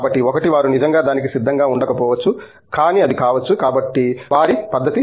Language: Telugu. కాబట్టి ఒకటి వారు నిజంగా దానికి సిద్ధంగా ఉండకపోవచ్చు కానీ అది కావచ్చు కాబట్టి వారి పద్దతి